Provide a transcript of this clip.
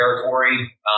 territory